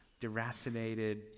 deracinated